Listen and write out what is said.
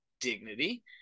dignity